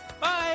Bye